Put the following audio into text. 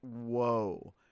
Whoa